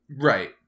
Right